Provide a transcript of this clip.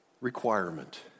requirement